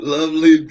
Lovely